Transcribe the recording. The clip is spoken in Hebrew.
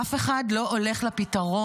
אף אחד לא הולך לפתרון,